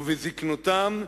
ובזיקנותם,